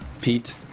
Pete